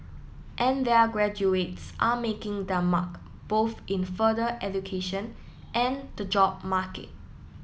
and their graduates are making their mark both in further education and the job market